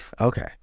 Okay